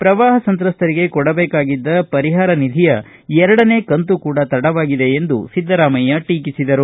ಪ್ರವಾಪ ಸಂತ್ರಸ್ತರಿಗೆ ಕೊಡಬೇಕಾಗಿದ್ದ ಪರಿಹಾರ ನಿಧಿಯ ಎರಡನೇ ಕಂತು ಕೂಡ ತಡವಾಗಿದೆ ಎಂದು ಸಿದ್ದರಾಮಯ್ಯ ಟೀಕಿಸಿದರು